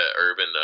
urban